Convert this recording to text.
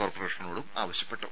കോർപ്പറേഷനോടും ആവശ്യപ്പെട്ടു